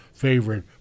favorite